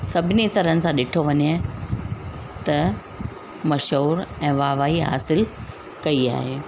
सभिनी तरहनि सां ॾिठो वञे त मशहूरु ऐं वाह वाही हासिलु कई आहे